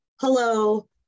Hello